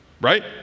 right